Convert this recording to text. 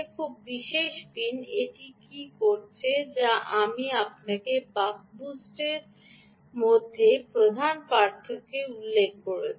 খুব বিশেষ পিন এটি কী করছে যা আমি আপনাকে বক বাস্ট বা একটি মধ্যে প্রধান পার্থক্য উল্লেখ করেছি